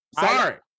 Sorry